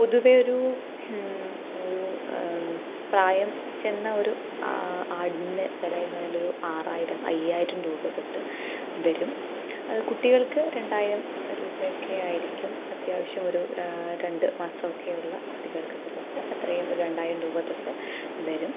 പൊതുവെ ഒരു ഒരു പ്രായം ചെന്ന ഒരു ആടിൻ്റെ വിലയെന്നതിലൂടെ ആറായിരം അയ്യായിരം രൂപ തൊട്ട് വരും അത് കുട്ടികൾക്ക് രണ്ടായിരം രൂപയൊക്കെ ആയിരിക്കും അത്യാവശ്യം ഒരു രണ്ട് മാസമൊക്കെയുള്ള കുട്ടികൾക്കൊക്കെ തൊട്ട് അത്രയും രണ്ടായിരം രൂപ തൊട്ട് വരും